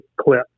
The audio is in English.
clip